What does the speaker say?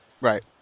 right